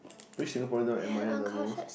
which Singaporean do I admire the most